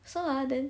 so ah then